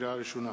לקריאה ראשונה,